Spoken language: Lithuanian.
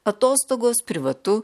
atostogos privatu